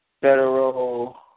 federal